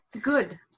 good